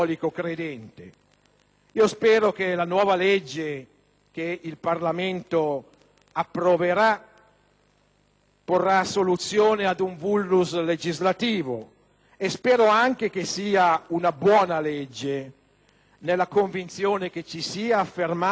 Spero che la nuova legge che il Parlamento approverà porrà soluzione ad un *vulnus* legislativo. Spero anche che sia una buona legge nella convinzione che vi sia affermato il primato della vita,